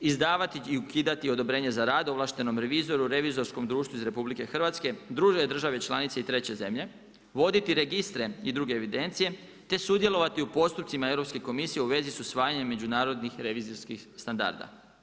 Izdavati i ukidati odobrenje za rad ovlaštenom revizoru, revizorskom društvu iz RH, druge države članice i treće zemlje, voditi registre i druge evidencije te sudjelovati u postupcima Europske komisije u vezi sa usvajanjem međunarodnih revizorskih standarda.